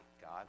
God